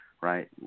right